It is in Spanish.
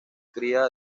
cría